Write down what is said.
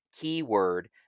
keyword